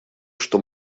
что